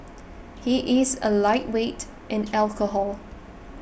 he is a lightweight in alcohol